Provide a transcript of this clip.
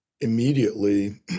immediately